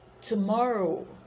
tomorrow